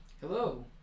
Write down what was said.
Hello